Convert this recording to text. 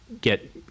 get